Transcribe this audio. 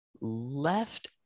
Left